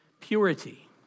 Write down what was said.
purity